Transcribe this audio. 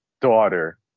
daughter